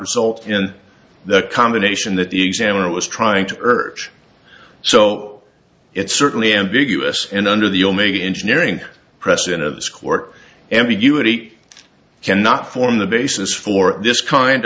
result in the combination that the examiner was trying to urge so it's certainly ambiguous and under the only engineering precedent of this court ambiguity cannot form the basis for this kind